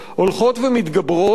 הולכות ומתגברות,